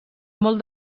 molt